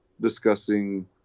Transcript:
discussing